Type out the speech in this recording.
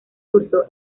cursó